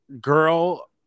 girl